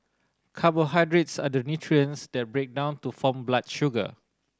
carbohydrates are the nutrients that break down to form blood sugar